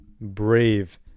Brave